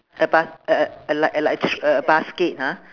a bas~ like a a like a like a thre~ a basket ha